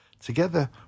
Together